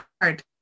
hard